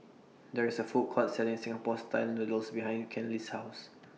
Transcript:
There IS A Food Court Selling Singapore Style Noodles behind Kenley's House